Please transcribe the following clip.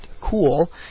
cool